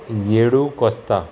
Nidu Costa